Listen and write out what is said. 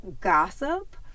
Gossip